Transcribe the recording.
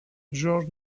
georges